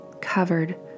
covered